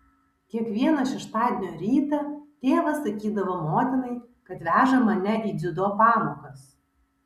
kiekvieną šeštadienio rytą tėvas sakydavo motinai kad veža mane į dziudo pamokas